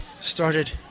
started